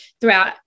throughout